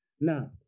Now